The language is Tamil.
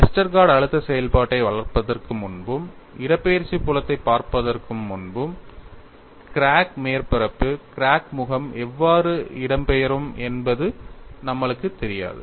வெஸ்டர்கார்ட் அழுத்த செயல்பாட்டை வளர்ப்பதற்கு முன்பும் இடப்பெயர்ச்சி புலத்தைப் பார்ப்பதற்கும் முன்பு கிராக் மேற்பரப்பு கிராக் முகம் எவ்வாறு இடம்பெயரும் என்பது நம்மளுக்குத் தெரியாது